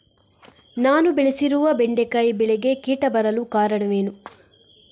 ನಾನು ಬೆಳೆಸಿರುವ ಬೆಂಡೆಕಾಯಿ ಬೆಳೆಗೆ ಕೀಟ ಬರಲು ಕಾರಣವೇನು?